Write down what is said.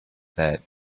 that